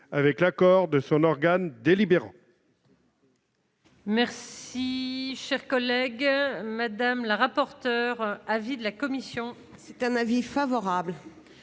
avec l'accord de son organe délibérant.